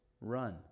run